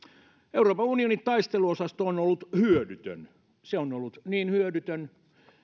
euroopan unionin taisteluosasto on on ollut hyödytön se on ollut niin hyödytön